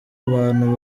abantu